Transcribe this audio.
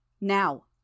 Now